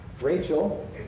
Rachel